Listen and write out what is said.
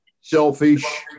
selfish